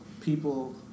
people